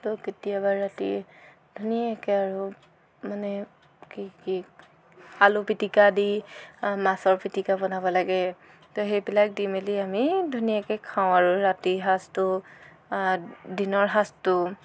তো কেতিয়াবা ৰাতি ধুনীয়াকৈ মানে আৰু কি কি আলু পিতিকা দি মাছৰ পিতিকা বনাব লাগে তো সেইবিলাক দি মেলি আমি ধুনীয়াকৈ খাওঁ আৰু ৰাতিৰ সাঁজটো দিনৰ সাঁজটো